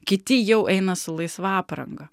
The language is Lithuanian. kiti jau eina su laisva apranga